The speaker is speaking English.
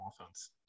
offense